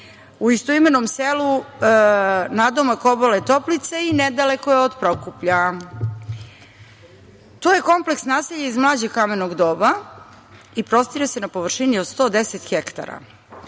u istoimenom selu nadomak obale Toplice i nedaleko je od Prokuplja. To je kompleks naselja iz mlađeg kamenog doba i prostire se na površini od 110 hektara,